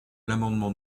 l’amendement